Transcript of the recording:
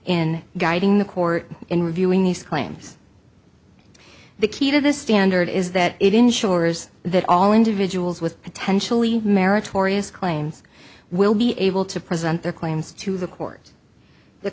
in guiding the court in reviewing these claims the key to this standard is that it ensures that all individuals with potentially meritorious claims will be able to present their claims to the court the